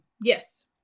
yes